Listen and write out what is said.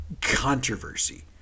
controversy